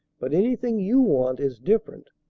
but anything you want is different.